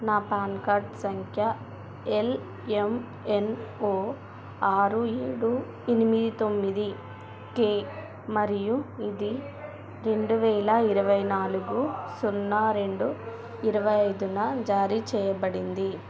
నా PAN card సంఖ్య L M N O ఆరు ఏడు ఎనిమిది తొమ్మిది కే మరియు ఇది రెండు వేల ఇరవై నాలుగు సున్నా రెండు ఇరవై ఐదున జారీ చేయబడింది